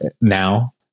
now